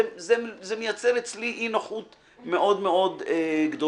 זה מייצר אצלי אי נוחות מאוד מאוד גדולה.